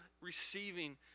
receiving